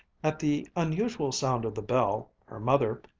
at the unusual sound of the bell, her mother,